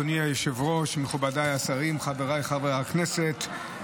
אדוני היושב-ראש, מכובדי השרים, חבריי חברי הכנסת,